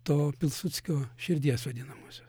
to pilsudskio širdies vadinamosios